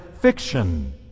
fiction